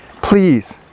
please.